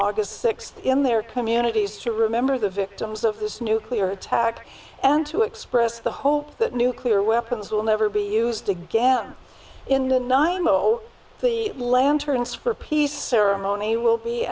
august sixth in their communities to remember the victims of this nuclear attack and to express the hope that nuclear weapons will never be used again in the lanterns for peace ceremony will be